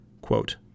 Quote